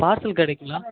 parcel கிடைக்குங்களா